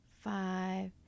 five